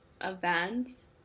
events